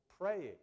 praying